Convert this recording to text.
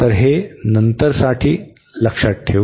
तर हे नंतर साठी ठेवू